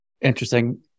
Interesting